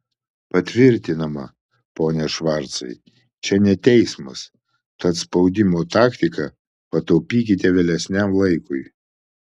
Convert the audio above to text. patvirtinama pone švarcai čia ne teismas tad spaudimo taktiką pataupykite vėlesniam laikui